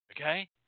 Okay